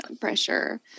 pressure